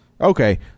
Okay